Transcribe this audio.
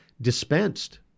dispensed